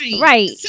Right